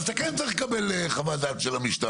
אז אתה כן צריך לקבל חוות דעת של המשטרה.